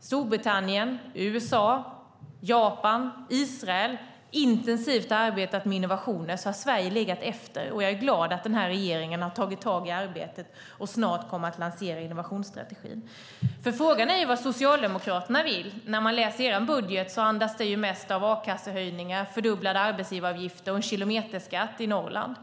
Storbritannien, USA, Japan och Israel intensivt har arbetat med innovationer har Sverige legat efter. Jag är glad att regeringen har tagit tag i arbetet och snart kommer att lansera innovationsstrategin. Frågan är vad Socialdemokraterna vill. När man läser er budget ser man att den mest andas a-kassehöjningar, fördubblade arbetsgivaravgifter och en kilometerskatt i Norrland.